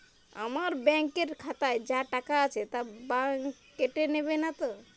আমার ব্যাঙ্ক এর খাতায় যা টাকা আছে তা বাংক কেটে নেবে নাতো?